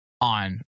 on